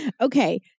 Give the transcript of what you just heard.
Okay